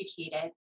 educated